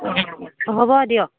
হ'ব দিয়ক